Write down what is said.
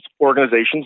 organizations